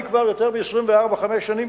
אני כבר יותר מ-24 25 שנים,